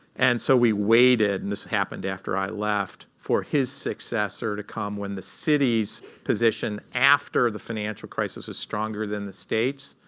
and so we waited and this happened after i left for his successor to come, when the city's position after the financial crisis was stronger than the state's.